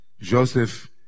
Joseph